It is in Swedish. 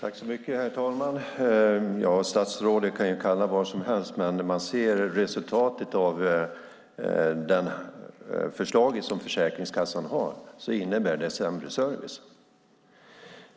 Herr talman! Statsrådet kan kalla det vad som helst, men resultatet av det förslag Försäkringskassan har är sämre service.